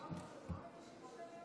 כבוד היושב-ראש, חבריי חברי הכנסת,